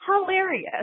hilarious